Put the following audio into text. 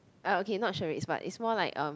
uh okay not charades but it's more like um